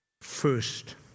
first